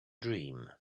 dream